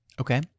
Okay